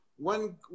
one